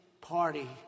party